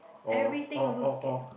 or or or or